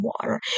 water